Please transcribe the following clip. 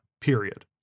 period